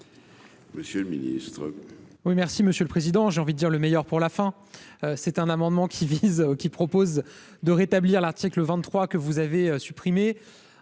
monsieur le Ministre.